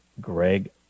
Greg